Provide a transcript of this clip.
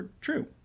true